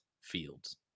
fields